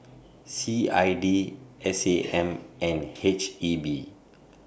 C I D S A M and H E B